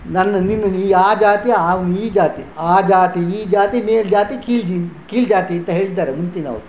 ನನ್ನ ನೀನು ನೀನು ಆ ಜಾತಿ ಅವನು ಈ ಜಾತಿ ಆ ಜಾತಿ ಈ ಜಾತಿ ಮೇಲೆ ಜಾತಿ ಕೀಳು ಜಿ ಕೀಳು ಜಾತಿ ಅಂತ ಹೇಳಿದ್ದಾರೆ ಮುಂಚಿನವರು